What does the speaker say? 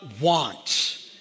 want